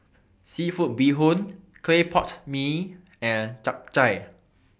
Seafood Bee Hoon Clay Pot Mee and Chap Chai